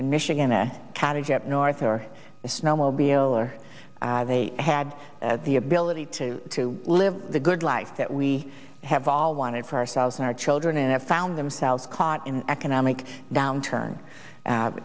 in michigan a cottage up north or a snowmobile or they had the ability to live the good life that we have all wanted for ourselves and our children and have found themselves caught in the economic downturn